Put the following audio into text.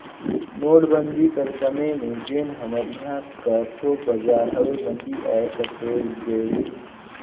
नोटबंदी कर समे में जेन हमर इहां कर थोक बजार हवे मंदी आए कस होए गए रहिस